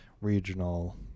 regional